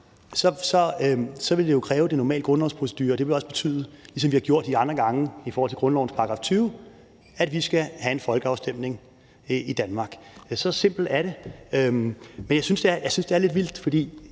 så vil det jo kræve de normale grundlovsprocedurer. Og det vil også betyde, at vi, ligesom vi har gjort de andre gange i forhold til grundlovens § 20, skal have en folkeafstemning i Danmark. Så simpelt er det. Jeg synes, det er lidt vildt. Jeg